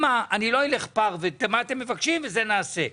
מה אתם מבקשים זה מה שנעשה,